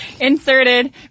inserted